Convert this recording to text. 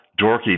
dorky